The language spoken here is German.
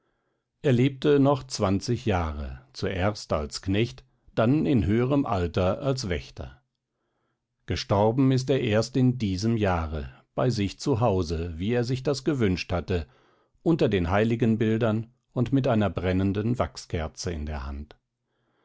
er lebte noch zwanzig jahre zuerst als knecht dann in höherem alter als wächter gestorben ist er erst in diesem jahre bei sich zu hause wie er sich das gewünscht hatte unter den heiligenbildern und mit einer brennenden wachskerze in der hand